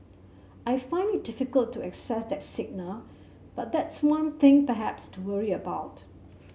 I find it difficult to assess that signal but that's one thing perhaps to worry about